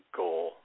goal